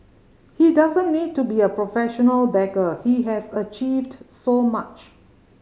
he doesn't need to be a professional beggar he has achieved so much